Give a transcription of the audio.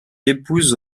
épouse